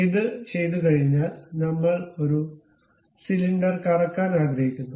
ഇത് ചെയ്തുകഴിഞ്ഞാൽ നമ്മൾ ഒരു സിലിണ്ടർ കറക്കാൻ ആഗ്രഹിക്കുന്നു